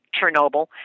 Chernobyl